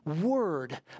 word